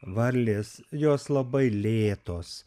varlės jos labai lėtos